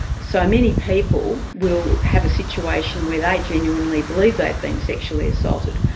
so many people will have a situation where they genuinely believe they've been sexually assaulted,